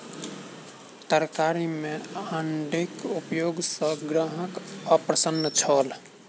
तरकारी में अण्डीक उपयोग सॅ ग्राहक अप्रसन्न छल